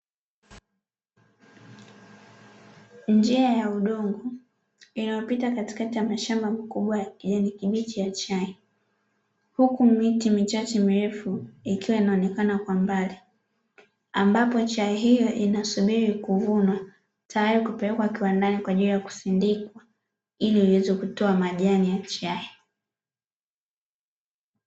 Njia ya udongo inayopita katikati ya mashamba makubwa ya kijani kibichi ya chai, huku miti michache mirefu ikiwa inaonekana kwa mbali, ambapo miche hiyo inaasubiri kuvunwa tayari kupelekwa kiwandani kwa kusindikwa ili iweze kutoa majani ya chai.